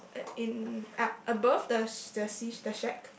uh in ah above the the sea the shack